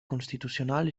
constitucional